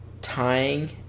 tying